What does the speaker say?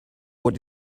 what